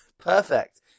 Perfect